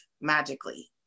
magically